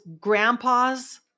grandpas